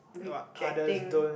rejecting